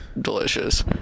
delicious